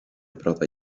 pratar